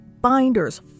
binders